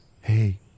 Hey